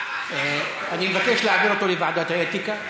אני מבקש להעביר אותו לוועדת האתיקה.